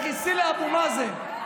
לכי לאבו מאזן.